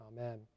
Amen